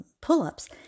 pull-ups